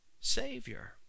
Savior